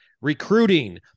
Recruiting